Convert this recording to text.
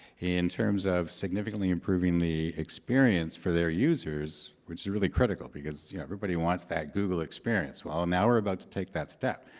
in terms of significantly improving the experience for their users, which is really critical because yeah everybody wants that google experience. well, now we're about to take that step.